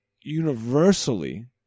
universally